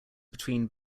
between